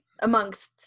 amongst